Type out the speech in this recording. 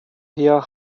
her